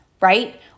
right